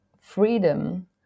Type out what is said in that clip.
freedom